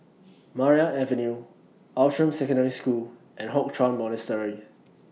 Maria Avenue Outram Secondary School and Hock Chuan Monastery